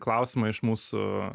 klausimą iš mūsų